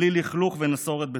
בלי לכלוך ונסורת בתוכה.